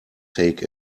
take